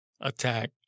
attack